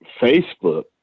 Facebook